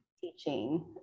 teaching